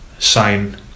sign